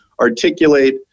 articulate